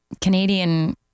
Canadian